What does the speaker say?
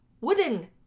wooden